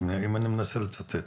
אם אני מנסה לצטט,